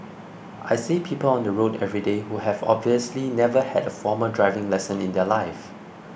I see people on the road everyday who have obviously never had a formal driving lesson in their life